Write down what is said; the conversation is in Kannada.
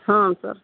ಹಾಂ ಸರ್